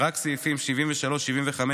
רק סעיפים 73 75,